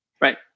Right